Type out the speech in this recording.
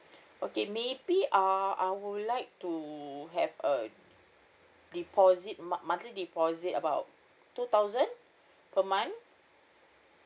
okay maybe uh I would like to have a deposit month~ monthly deposit about two thousand per month